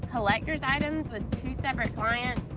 collector's items with two separate clients,